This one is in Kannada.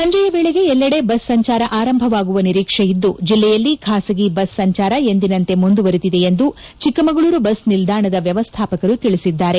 ಸಂಜೆಯ ವೇಳೆಗೆ ಎಲ್ಲೆಡೆ ಬಸ್ ಸಂಚಾರ ಆರಂಭವಾಗುವ ನಿರೀಕ್ಷೆ ಇದ್ದು ಜಿಲ್ಲೆಯಲ್ಲಿ ಖಾಸಗಿ ಬಸ್ ಸಂಚಾರ ಎಂದಿನಂತೆ ಮುಂದುವರಿದಿದೆ ಎಂದು ಚಿಕ್ಕಮಗಳೂರು ಬಸ್ ನಿಲ್ದಾಣದ ವ್ಯವಸ್ದಾಪಕರು ತಿಳಿಸಿದ್ದಾರೆ